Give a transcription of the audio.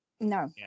No